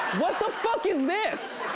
what the fuck is this?